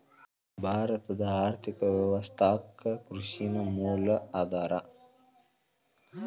ಭಾರತದ್ ಆರ್ಥಿಕ ವ್ಯವಸ್ಥಾಕ್ಕ ಕೃಷಿ ನ ಮೂಲ ಆಧಾರಾ